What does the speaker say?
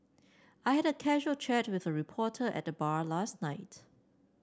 I had a casual chat with a reporter at the bar last night